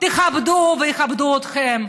כבדו ויכבדו אתכם,